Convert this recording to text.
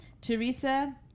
Teresa